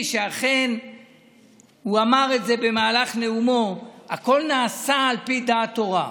הוא אמר את זה במהלך נאומו: הכול נעשה על פי דעת תורה.